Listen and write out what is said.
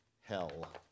hell